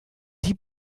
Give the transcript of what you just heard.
die